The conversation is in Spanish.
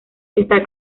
está